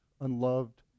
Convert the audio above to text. unloved